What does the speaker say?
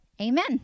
Amen